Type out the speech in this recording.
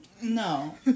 No